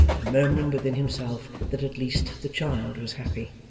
and murmuring within himself that at least the child was happy.